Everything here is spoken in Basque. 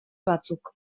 batzuk